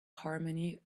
harmony